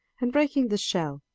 and, breaking the shell,